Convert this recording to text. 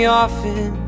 often